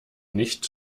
nicht